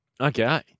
Okay